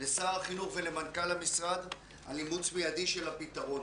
לשר החינוך ולמנכ"ל המשרד על אימוץ מידי של הפתרון.